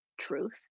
truth